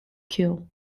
keel